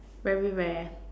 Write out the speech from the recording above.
very rare